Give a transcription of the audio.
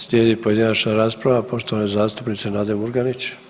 Slijedi pojedinačna rasprava poštovane zastupnice Nade Murganić.